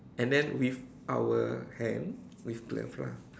and then with our hand with glove lah